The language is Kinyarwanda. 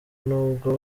nubwo